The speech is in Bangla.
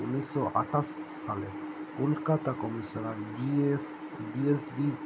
উনিশশো আঠাশ সালে কলকাতা কমিশনার বিএস বিএসবি